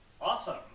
awesome